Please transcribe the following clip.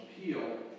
appeal